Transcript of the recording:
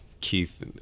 Keith